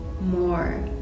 more